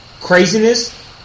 craziness